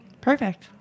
Perfect